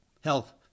health